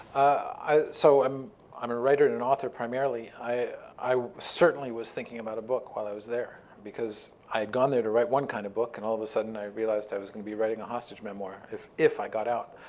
so i'm i'm a writer and an author primarily. i certainly was thinking about a book while i was there because i had gone there to write one kind of book, and all of a sudden, i realized i was going to be writing a hostage memoir, if if i got out.